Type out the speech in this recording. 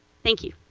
thank you.